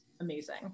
amazing